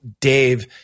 Dave